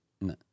No